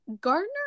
Gardner